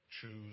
Choose